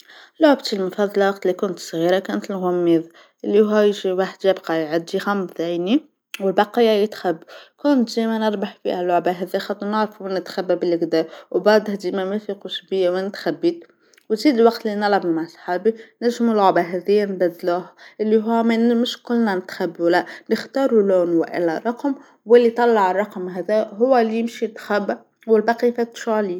لعبتى المفظلة وقت كنت صغيرة كانت الغميضة اللى هو شى واحد يبقى يعد شى خمسة يعنى والباقية يتخبوا، كنت تشايما أبرح في اللعبة هذى خاطر نعرف نتخفى بالقدا وبعد هذى ممايش يبقشوا بيا وين اتخبيت، وجيه الوقت اللى نلعب مع صحابى نجم لعبة هذى نبذله اللى هو من مش كلنا نتخبوا لا بيختاروا لون و إلا رقم واللي يطلع الرقم هذا هو اللى يمشى يتخبى والباقى يفتشوا عليه.